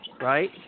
Right